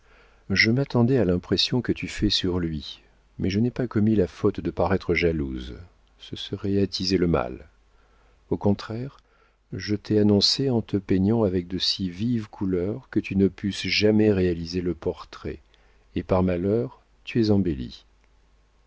je m'attendais à l'impression que tu fais sur lui mais je n'ai pas commis la faute de paraître jalouse ce serait attiser le mal au contraire je t'ai annoncée en te peignant avec de si vives couleurs que tu ne pusses jamais réaliser le portrait et par malheur tu es embellie